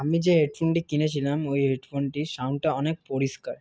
আমি যে হেডফোনটি কিনেছিলাম ওই হেডফোনটির সাউন্ডটা অনেক পরিষ্কার